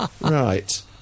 right